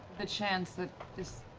the chance that this